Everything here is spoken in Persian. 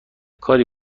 کاری